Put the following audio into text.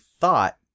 thought